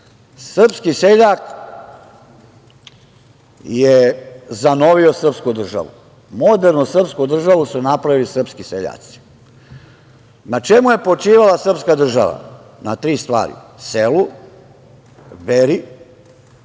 srpski seljak je zanovio srpsku državu. Modernu sprsku državu su napravili srpski seljaci. Na čemu je počivala srpska država? Na tri stvari – selu, veri